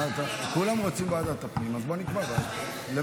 כולם רוצים ועדת הפנים, אז בואו נקבע ועדת הפנים.